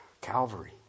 Calvary